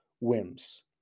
whims